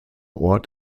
ort